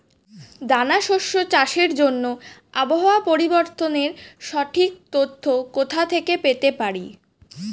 দানা শস্য চাষের জন্য আবহাওয়া পরিবর্তনের সঠিক তথ্য কোথা থেকে পেতে পারি?